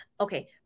okay